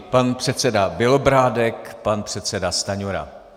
Pan předseda Bělobrádek, pan předseda Stanjura.